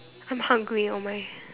I'm hungry oh my